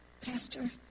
Pastor